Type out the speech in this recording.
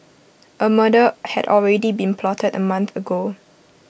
A murder had already been plotted A month ago